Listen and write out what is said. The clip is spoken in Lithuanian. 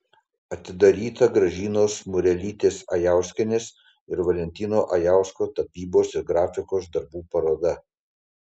atidaryta gražinos murelytės ajauskienės ir valentino ajausko tapybos ir grafikos darbų paroda